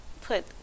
put